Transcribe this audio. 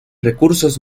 recursos